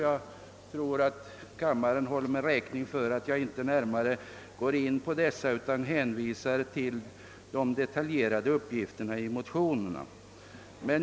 Jag tror att kammaren håller mig räkning för att jag inte närmare går in på dessa utan inskränker mig till att hänvisa till de detaljerade uppgifterna i motionerna.